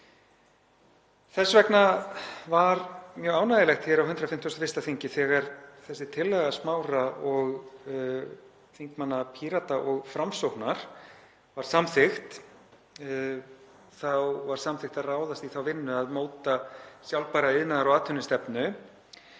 Þess vegna var mjög ánægjulegt hér á 151. þingi þegar þessi tillaga Smára og þingmanna Pírata og Framsóknar var samþykkt. Þá var samþykkt að ráðast í þá vinnu að móta sjálfbæra iðnaðar- og atvinnustefnu